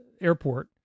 airport